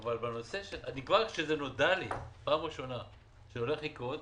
אבל כבר כשזה נודע לי שזה הולך לקרות,